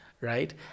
right